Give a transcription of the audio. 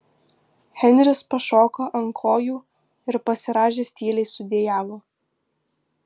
henris pašoko ant kojų ir pasirąžęs tyliai sudejavo